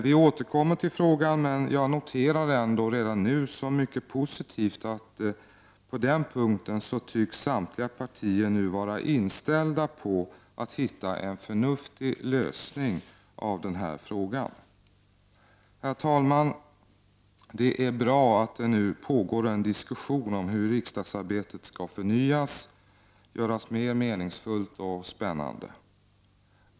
Vi återkommer till frågan, men jag noterar ändå redan nu som mycket positivt att samtliga partier nu tycks vara inställda på att hitta en förnuftig lösning av den frågan. Herr talman! Det är bra att det nu pågår en diskussion om hur riksdagsarbetet skall förnyas, göras mer meningsfullt och spännande.